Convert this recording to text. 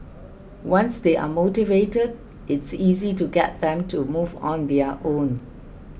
once they are motivated it's easy to get them to move on their own